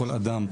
כל אדם,